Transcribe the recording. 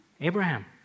Abraham